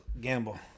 gamble